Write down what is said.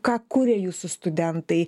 ką kuria jūsų studentai